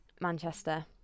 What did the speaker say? Manchester